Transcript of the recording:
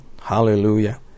Hallelujah